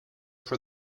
for